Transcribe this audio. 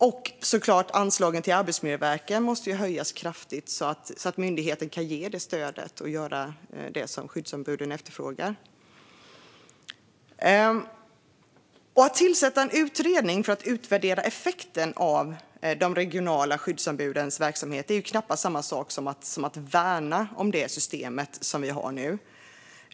Givetvis måste också anslagen till Arbetsmiljöverket höjas kraftigt så att myndigheten kan ge det stöd som skyddsombuden efterfrågar. Att tillsätta en utredning för att utvärdera effekten av de regionala skyddsombudens verksamhet är knappast detsamma som att värna nuvarande system.